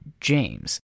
James